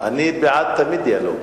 אני תמיד בעד דיאלוג,